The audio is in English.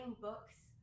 books